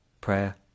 Prayer